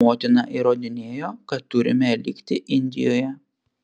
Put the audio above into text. motina įrodinėjo kad turime likti indijoje